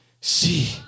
see